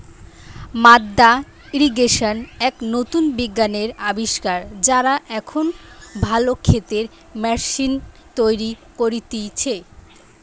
মাদ্দা ইর্রিগেশন এক নতুন বিজ্ঞানের আবিষ্কার, যারা এখন ভালো ক্ষেতের ম্যাশিন তৈরী করতিছে